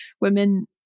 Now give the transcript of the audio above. women